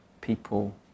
people